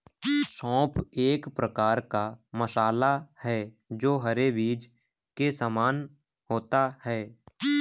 सौंफ एक प्रकार का मसाला है जो हरे बीज के समान होता है